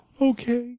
Okay